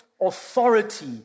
authority